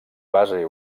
base